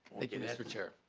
like you mister chair.